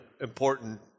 important